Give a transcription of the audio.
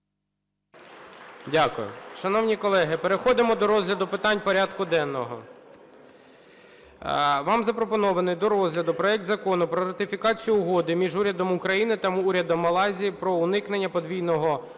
Дякую. Шановні колеги, переходимо до розгляду питань порядку денного. Вам запропонований до розгляду проект Закону про ратифікацію Угоди між Урядом України та Урядом Малайзії про уникнення подвійного